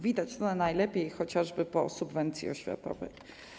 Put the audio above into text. Widać to najlepiej chociażby po subwencji oświatowej.